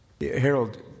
Harold